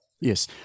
Yes